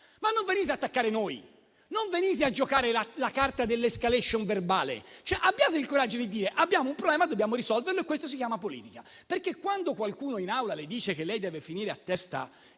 Non venite però ad attaccare noi, non venite a giocare la carta dell'*escalation* verbale. Abbiate il coraggio di dire: abbiamo un problema, dobbiamo risolverlo; questo si chiama politica. Quando qualcuno in Aula le dice che lei deve finire a testa